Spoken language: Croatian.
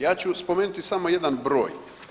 Ja ću spomenuti samo jedan broj.